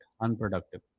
unproductive